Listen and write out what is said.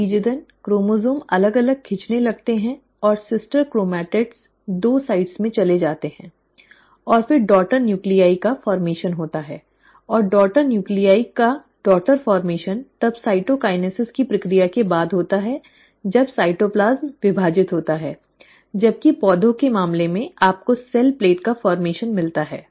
नतीजतन क्रोमोसोम अलग अलग खींचने लगते हैं और सिस्टर क्रोमैटिड्स दो पक्षों में चले जाते हैं और फिर डॉटर नूक्लीआइ का निर्माण होता है और डॉटर नूक्लीआइ का डॉटर गठन तब साइटोकिनेसिस की प्रक्रिया के बाद होता है जब साइटोप्लाज्म विभाजित होता है जबकि पौधों के मामले मेंआप को सेल प्लेट का गठन मिलता हैं